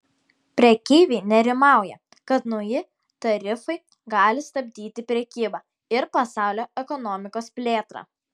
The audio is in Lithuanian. prekeiviai nerimauja kad nauji tarifai gali stabdyti prekybą ir pasaulio ekonomikos plėtrą